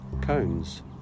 cones